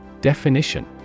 Definition